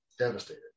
Devastated